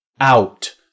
out